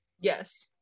Yes